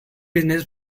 business